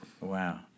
Wow